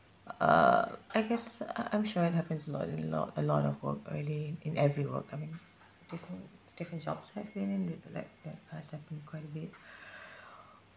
uh I guess I I'm sure it happens a lot in a lot a lot of work really in every work I mean different different jobs I've been in it like ya uh it's happened quite a bit